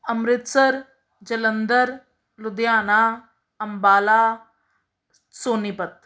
Amritsar Jalandhar Ludhiana Ambala Sonipat